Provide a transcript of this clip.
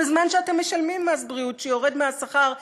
בזמן שאתם משלמים מס בריאות שיורד מהשכר,